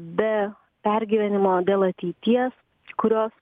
be pergyvenimo dėl ateities kurios